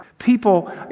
People